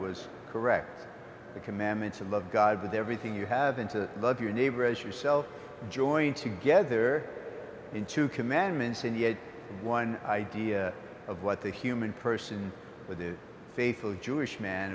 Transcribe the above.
was correct the commandments of love god with everything you have and to love your neighbor as yourself joined together into commandments in the one idea of what the human person with a faithful jewish man